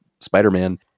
Spider-Man